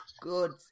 good